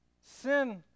Sin